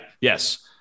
yes